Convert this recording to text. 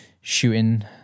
shooting